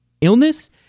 illness